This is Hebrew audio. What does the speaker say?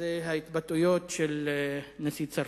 והוא ההתבטאויות של נשיא צרפת,